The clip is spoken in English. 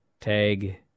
tag